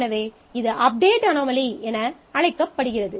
எனவே இது update anomaly என அழைக்கப்படுகிறது